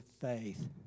faith